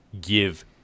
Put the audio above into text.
give